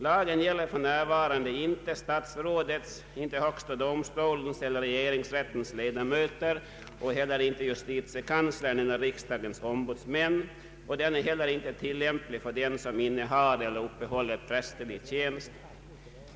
Lagen gäller för närvarande inte statsrådets, högsta domstolens eller regeringsrättens ledamöter och heller inte justitiekanslern eller riksdagens ombudsmän, och den är inte tillämplig för den som innehar eller uppehåller prästerlig tjänst.